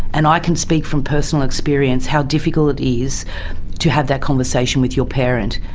and i can speak from personal experience, how difficult it is to have that conversation with your parent.